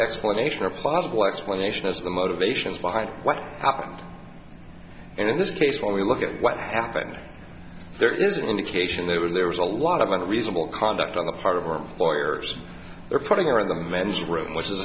explanation a possible explanation as to the motivations behind what happened and in this case when we look at what happened there is an indication there were there was a lot of unreasonable conduct on the part of our employers they're putting on the men's room which is